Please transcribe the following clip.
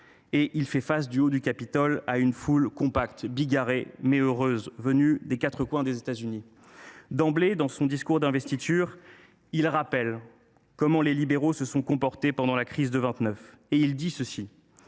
élu, fait face, du haut du Capitole, à une foule compacte, bigarrée, mais heureuse, venue des quatre coins des États Unis. D’emblée, dans son discours d’investiture, il rappelle comment les libéraux se sont comportés pendant la crise de 1929 :« À la